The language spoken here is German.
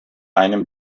einem